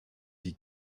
die